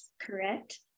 correct